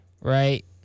right